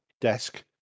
desk